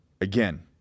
Again